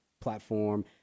platform